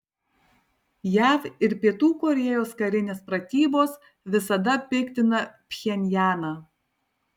jav ir pietų korėjos karinės pratybos visada piktina pchenjaną